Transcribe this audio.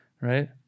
right